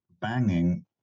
banging